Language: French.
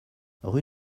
rue